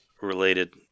related